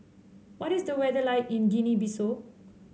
what is the weather like in Guinea Bissau